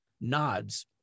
nods